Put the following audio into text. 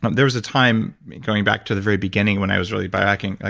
there was a time going back to the very beginning when i was really bio-hacking. ah